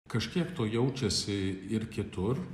kažkiek to jaučiasi ir kitur